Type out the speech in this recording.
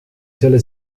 selle